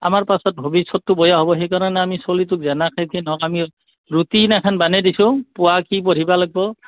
আমাৰ পাছত ভৱিষ্যতটো বেয়া হ'ব সেইকাৰণে আমি ছলিটোক যেনেকৈ নহওক আমি ৰুটিন এখান বনাই দিছোঁ পুৱা কি পঢ়িব লাগিব